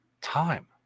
time